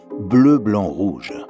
bleu-blanc-rouge